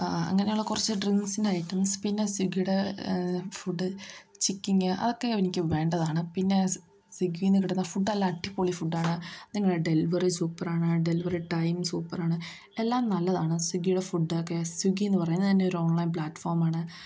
അങ്ങനെയുള്ള കുറച്ച് ഡ്രിങ്ക്സിനായി ഡ്രിങ്ക്സ് പിന്നെ സ്വിഗ്ഗിയുടെ ഫുഡ് ചിക്ക് കിങ് അതൊക്കെയാണ് എനിക്ക് വേണ്ടതാണ് പിന്നെ സ്വിഗ്ഗിയിൽ നിന്നു കിട്ടുന്ന ഫുഡ് നല്ല അടിപൊളി ഫുഡ്ഡാണ് നിങ്ങളുടെ ഡെലിവറി സൂപ്പറാണ് ഡെലിവറി ടൈം സൂപ്പറാണ് എല്ലാം നല്ലതാണ് സ്വിഗ്ഗിയുടെ ഫുഡ് ഒക്കെ സ്വിഗ്ഗിയെന്നു പറയുന്നതുതന്നെ ഒരു ഓൺലൈൻ പ്ലാറ്റ്ഫോമാണ്